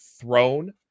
throne